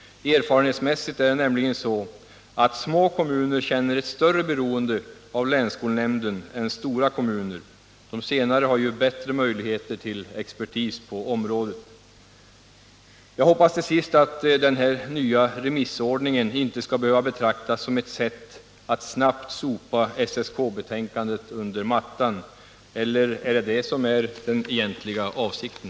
Erfarenhetsmässigt är det nämligen så att små kommuner känner ett större beroende av länsskolnämnden än stora kommuner. De senare har ju bättre möjligheter att få expertis på området. Jag hoppas till sist att den här nya remissordningen inte skall behöva betraktas som ett sätt att snabbt sopa SSK-betänkandet under mattan. Eller är det detta som är den egentliga avsikten?